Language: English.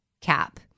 cap